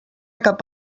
cap